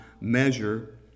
measure